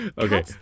Okay